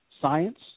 science